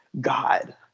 God